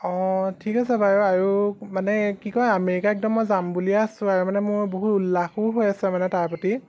অঁ ঠিক আছে বাৰু আৰু মানে কি কয় আমেৰিকা একদম যাম বুলিয়ে আছোঁ আৰু মানে মোৰ বহুত উল্লাসো হৈ আছে মানে তাৰ প্ৰতি